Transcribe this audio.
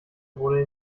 wurde